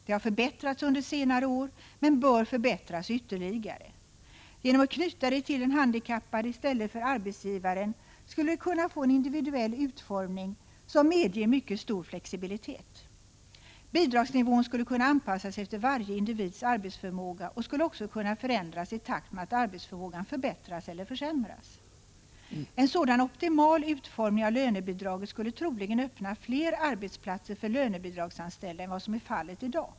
Det har förbättrats under senare år, men bör förbättras ytterligare. Genom att knyta det till den handikappade i stället för arbetsgivaren skulle man kunna ge det en individuell utformning som medger mycket stor flexibilitet. Bidragsnivån skulle kunna anpassas efter varje individs arbetsförmåga och skulle också kunna förändras i takt med att arbetsförmågan förbättras eller försämras. En sådan optimal utformning av lönebidraget skulle troligen öppna fler arbetsplatser för lönebidragsanställda än vad som är fallet i dag.